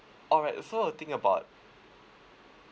alright so the thing about